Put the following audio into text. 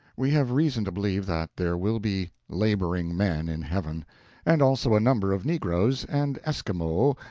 we have reason to believe that there will be labouring men in heaven and also a number of negroes, and esquimaux,